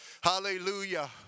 Hallelujah